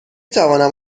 توانم